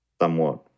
Somewhat